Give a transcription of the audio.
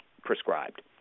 prescribed